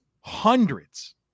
hundreds